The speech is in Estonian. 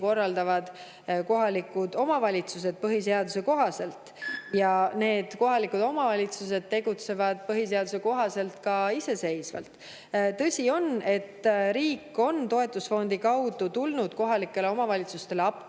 kohaselt kohalikud omavalitsused ja need kohalikud omavalitsused tegutsevad põhiseaduse kohaselt iseseisvalt. Tõsi on, et riik on toetusfondi kaudu tulnud kohalikele omavalitsustele appi,